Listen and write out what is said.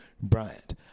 Bryant